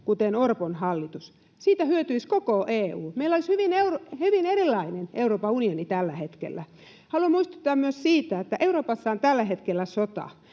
kuten Orpon hallitus. Siitä hyötyisi koko EU. Meillä olisi hyvin erilainen Euroopan unioni tällä hetkellä. Haluan muistuttaa myös siitä, että Euroopassa on tällä hetkellä sota.